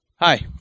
hi